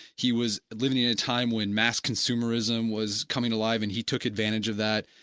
he was living at a time when mass consumerism was coming live and he took advantage of that.